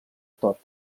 tot